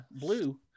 blue